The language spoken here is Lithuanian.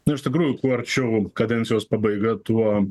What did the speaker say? na iš tikrųjų kuo arčiau kadencijos pabaiga tuo